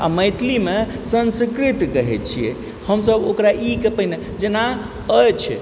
आ मैथिलीमे संस्कृत कहय छियै हमसभ ओकरा इ के पहिने जेना अछि